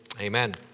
amen